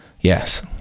Yes